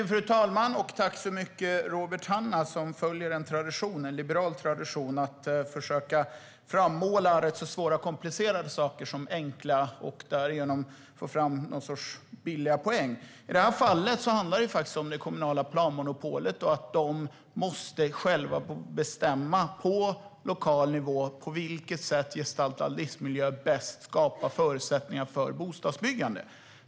Fru talman! Robert Hannah följer en liberal tradition att försöka frammåla komplicerade saker som enkla och därigenom ta billiga poäng. I det här fallet handlar det om det kommunala planmonopolet. Man måste få bestämma på lokal nivå på vilket sätt gestaltad livsmiljö bäst skapar förutsättningar för bostadsbyggande.